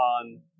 on